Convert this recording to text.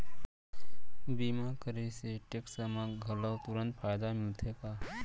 बीमा करे से टेक्स मा घलव तुरंत फायदा मिलथे का?